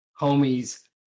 homies